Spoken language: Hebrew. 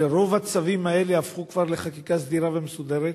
ורוב הצווים האלה הפכו כבר לחקיקה סדירה ומסודרת,